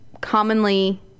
commonly